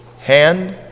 hand